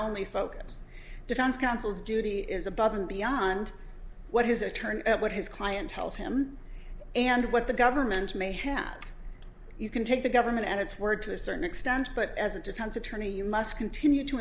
only focus defense counsel's duty is above and beyond what his attorney what his client tells him and what the government may have you can take the government at its word to a certain extent but as a defense attorney you must continue to